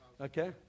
Okay